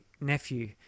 nephew